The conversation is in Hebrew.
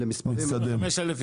אלה מספרים מאוד קטנים,